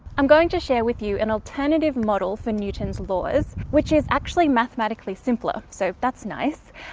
i'm going to share with you an alternative model for newton's laws, which is actually mathematically simpler. so that's nice.